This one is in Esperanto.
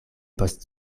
post